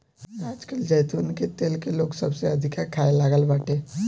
आजकल जैतून के तेल के लोग सबसे अधिका खाए लागल बाटे